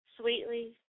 sweetly